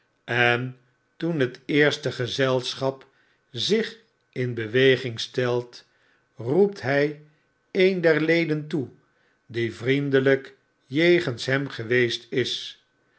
en toen het eerste gezelschap zich in beweging stelt roept hij een der leden toe die vriendelijk jegens hem geweest is